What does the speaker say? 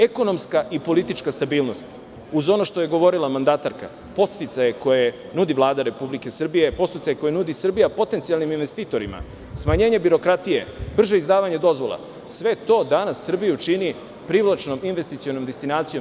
Ekonomska i politička stabilnost, uz ono što je govorila mandatarka, podsticaji koje nudi Vlada Republike Srbije, podsticaji koje nudi Srbija potencijalnim investitorima, smanjenje birokratije, brže izdavanje dozvola, sve to danas Srbiju čini privlačnom investicionom destinacijom.